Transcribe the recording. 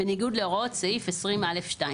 בניגוד להוראות סעיף 20(א)(2).